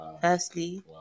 firstly